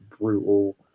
brutal